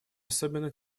особенно